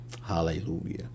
Hallelujah